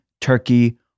turkey